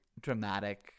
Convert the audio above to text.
dramatic